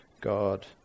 God